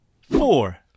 Four